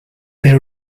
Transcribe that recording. pero